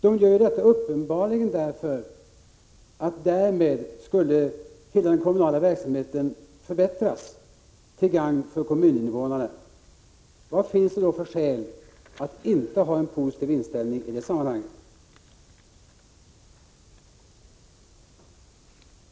De gör uppenbarligen detta därför att hela den kommunala verksamheten därmed skulle förbättras — till gagn för kommuninvånarna. Vad finns det då för skäl att inte ha en positiv inställning i detta sammanhang?